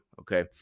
okay